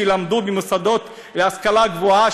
שלמדו במוסדות להשכלה גבוהה,